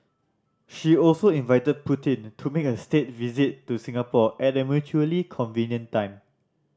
she also invited Putin to make a state visit to Singapore at a mutually convenient time